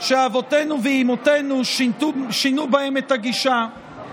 שאבותינו ואימותינו שינו בהם את הגישה.